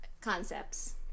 concepts